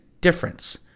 difference